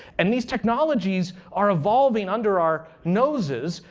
and these technologies are evolving under our noses,